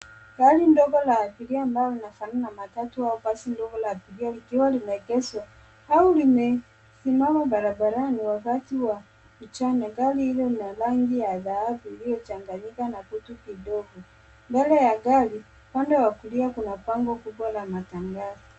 Gari ndogo la abiria ambalo linalofanana na matatu au basi ndogo la abiria likiwa limeegezwa au limesimama barabarani wakati wa mchana. Gari hilo nila rangi ya dhahabu iliyochanganyika na kutu kidogo. Mbele ya gari upande wa kulia kuna bango kubwa la matangazo.